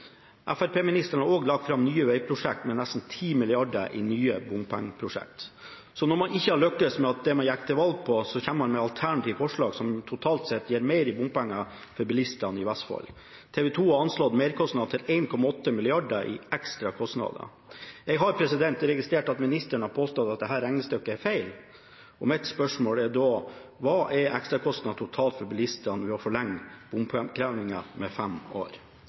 har også lagt fram nye vegprosjekter med nesten 10 mrd. kr i nye bompengeprosjekter. Så når man ikke har lyktes med det man gikk til valg på, kommer man med alternative forslag som totalt sett gir mer i bompenger til bilistene i Vestfold. TV 2 har anslått merkostnadene til 1,8 mrd. kr i ekstra kostnader. Jeg har registrert at ministeren har påstått at dette regnestykket er feil, og mitt spørsmål er da: Hva er ekstrakostnadene totalt for bilistene ved å forlenge bompengeinnkrevingen med fem år?